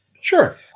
Sure